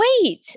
wait